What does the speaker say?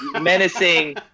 menacing